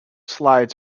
slides